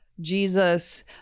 Jesus